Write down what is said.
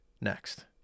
next